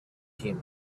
him